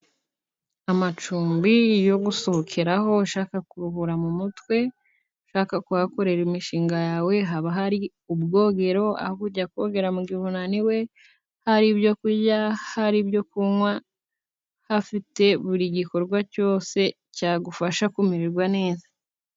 Amacumbi yo gusohokeramo, ushaka kuruhura mu mutwe ushaka kuhakorera imishinga yawe, haba harimo ubwogero aho kujya kogera mu gihe unaniwe, hari ibyo kurya hari ibyo kunwa, hafite buri gikorwa cyose cyagufasha kumera neza.